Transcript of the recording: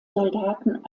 soldaten